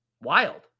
Wild